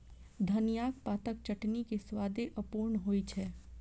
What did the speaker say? धनियाक पातक चटनी के स्वादे अपूर्व होइ छै